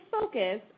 focus